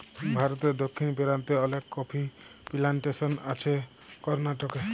ভারতে দক্ষিণ পেরান্তে অলেক কফি পিলানটেসন আছে করনাটকে